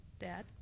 Dad